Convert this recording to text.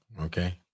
okay